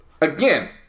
again